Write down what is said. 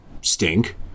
stink